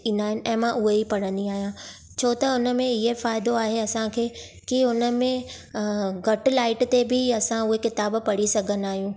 ईंदा आहिनि ऐं मां उहे ई पढ़ंदी आहियां छो त हुन में हीअं फ़ाइदो आहे असांखे की हुन में घटि लाईट ते बि असां उहे किताबु पढ़ी सघंदा आहियूं